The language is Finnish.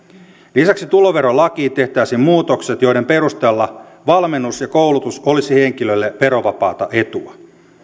lisäksi tuloverolakiin tehtäisiin muutokset joiden perusteella valmennus tai koulutus olisi henkilölle verovapaata etua